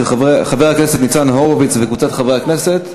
של חבר הכנסת ניצן הורוביץ וקבוצת חברי הכנסת.